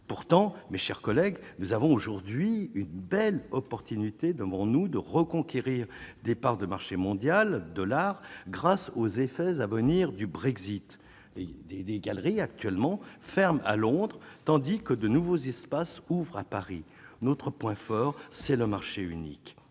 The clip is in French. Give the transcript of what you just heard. pourtant mes chers collègues, nous avons aujourd'hui une belle opportunité de mon ou de reconquérir des parts de marché mondial de l'art, grâce aux effets à venir du Brexit et des des galeries actuellement ferme à Londres tandis que de nouveaux espaces ouvre à Paris, notre point fort, c'est le marché unique,